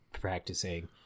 Practicing